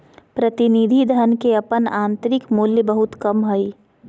प्रतिनिधि धन के अपन आंतरिक मूल्य बहुत कम हइ